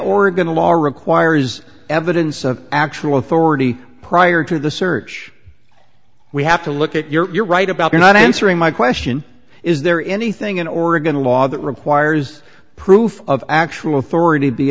oregon law requires evidence of actual authority prior to the search we have to look at your you're right about you're not answering my question is there anything in oregon law that requires proof of actual thora to be